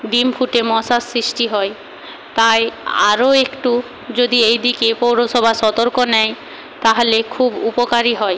ডিম ফুটে মশার সৃষ্টি হয় তাই আরও একটু যদি এইদিকে পৌরসভা সতর্ক নেয় তাহালে খুব উপকারই হয়